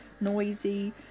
noisy